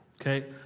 Okay